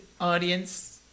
audience